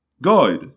Guide